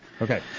Okay